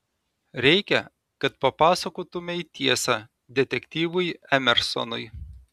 reikia kad papasakotumei tiesą detektyvui emersonui